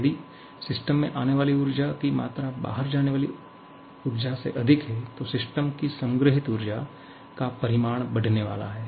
यदि सिस्टम में आने वाली ऊर्जा की मात्रा बाहर जाने वाली ऊर्जा से अधिक है तो सिस्टम की संग्रहीत ऊर्जा का परिमाण बढ़ने वाला है